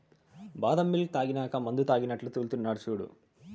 బాదం మిల్క్ తాగినాక మందుతాగినట్లు తూల్తున్నడు సూడు